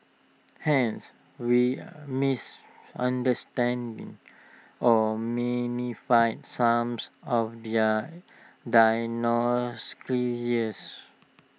hence we misunderstand or some of their